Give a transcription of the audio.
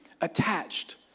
attached